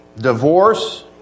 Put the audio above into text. divorce